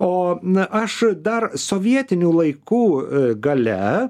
o na aš dar sovietinių laikų gale